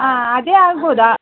ಆಂ ಅದೇ ಆಗ್ಬೋದಾ